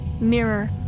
mirror